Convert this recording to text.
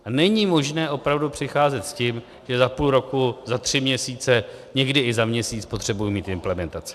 A není možné opravdu přicházet s tím, že za půl roku, za tři měsíce, někdy i za měsíc potřebuji mít implementaci.